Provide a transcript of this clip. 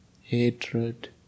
hatred